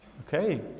Okay